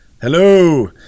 Hello